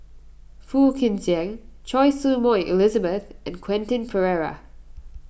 Phua Kin Siang Choy Su Moi Elizabeth and Quentin Pereira